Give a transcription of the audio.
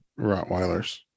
Rottweilers